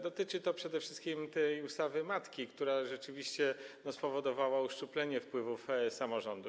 Dotyczy to przede wszystkim ustawy matki, która rzeczywiście spowodowała uszczuplenie wpływów samorządów.